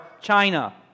China